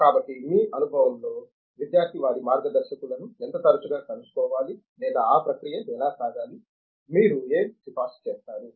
కాబట్టి మీ అనుభవంలో విద్యార్థి వారి మార్గదర్శకులను ఎంత తరచుగా కలుసుకోవాలి లేదా ఆ ప్రక్రియ ఎలా సాగాలి మీరు ఏమి సిఫార్సు చేస్తారు